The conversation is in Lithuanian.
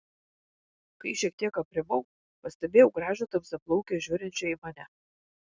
kai šiek tiek aprimau pastebėjau gražią tamsiaplaukę žiūrinčią į mane